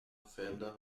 fender